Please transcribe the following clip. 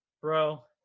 bro